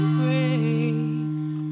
grace